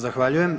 Zahvaljujem.